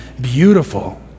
beautiful